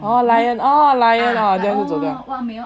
oh lion oh lion hor then 就走 liao